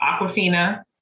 aquafina